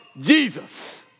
Jesus